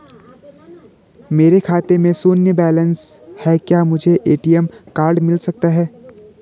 मेरे खाते में शून्य बैलेंस है क्या मुझे ए.टी.एम कार्ड मिल सकता है?